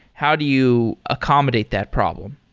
how do you accommodate that problem?